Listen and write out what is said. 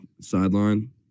sideline